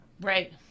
Right